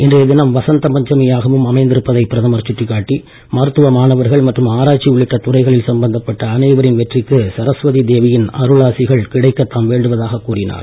இன்றைய தினம் வசந்த பஞ்சமியாகவும் அமைந்திருப்பதை அவர் சுட்டிக்காட்டி மருத்துவ மாணவர்கள் மற்றும் ஆராய்ச்சி உள்ளிட்ட துறைகளில் சம்பந்தப்பட்ட அனைவரின் வெற்றிக்கு சரஸ்வதி தேவியின் அருளாசிகள் கிடைக்கத் தாம் வேண்டுவதாக கூறினார்